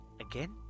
Again